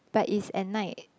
but it's at night